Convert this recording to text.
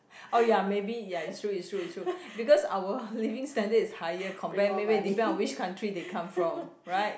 oh ya maybe ya it's true it's true it's true because our living standard is higher compare maybe depend on which country they come from right